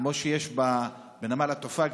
כמו שיש בנמל התעופה,